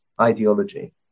ideology